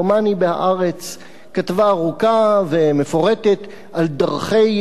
דומני ב"הארץ"; כתבה ארוכה ומפורטת על דרכי